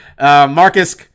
Marcus